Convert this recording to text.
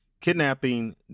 kidnapping